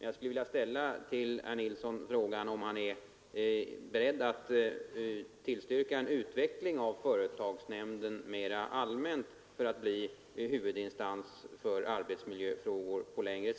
Jag skulle vilja fråga herr Nilsson om han är beredd att tillstyrka en utveckling av företagsnämnden mera allmänt, så att denna på längre sikt blir huvudinstans i arbetsmiljöfrågor.